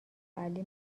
علی